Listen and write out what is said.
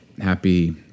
Happy